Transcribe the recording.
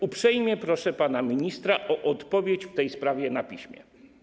Uprzejmie proszę pana ministra o odpowiedź w tej sprawie na piśmie.